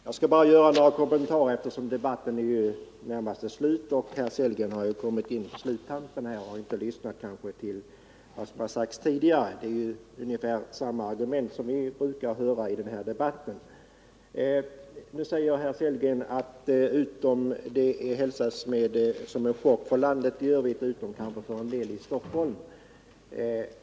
Herr talman! Jag skall bara göra några få kommentarer. Herr Sellgren kom in i sluttampen av debatten, och han hade kanske inte lyssnat på vad som sades tidigare; han anförde ungefär samma argument som vi brukar höra i den här frågan. Herr Sellgren sade att statsrådets svar kommer som en chock för alla här i landet, utom möjligen för en del i Stockholm.